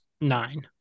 Nine